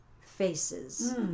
faces